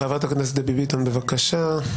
חברת הכנסת דבי ביטון, בבקשה.